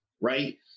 right